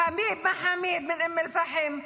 חביב מחאמיד מאום אל-פחם,